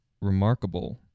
remarkable